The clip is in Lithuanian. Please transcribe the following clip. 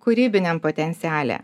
kūrybiniam potenciale